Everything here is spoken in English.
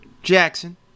Jackson